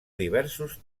diversos